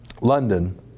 London